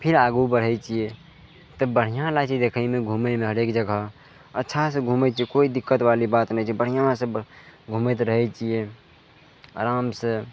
फिर आगू बढ़य छियै तऽ बढ़िआँ लागय छै देखयमे घुमयमे हरेक जगह अच्छासँ घुमय छियै कोइ दिक्कतवाली बात नहि छै बढ़िआँसँ बस घुमैत रहय छियै आरामसँ